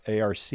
arc